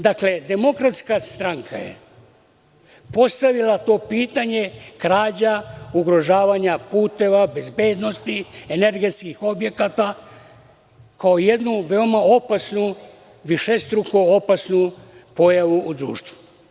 Dakle DS je postavila to pitanje krađa, ugrožavanja puteva, bezbednosti, energetskih objekata, kao jednu veoma opasnu, višestruko opasnu pojavu u društvu.